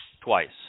twice